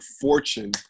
fortune